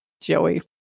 Joey